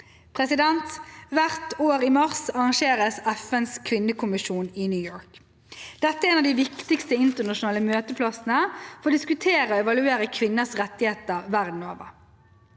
Hvert år i mars arrangeres FNs kvinnekommisjon i New York. Dette er en av de viktigste internasjonale møteplassene for å diskutere og evaluere kvinners rettigheter verden over.